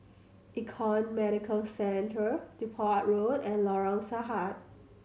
Econ Medicare Centre Depot Road and Lorong Sahad